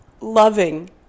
loving